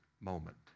moment